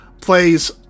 plays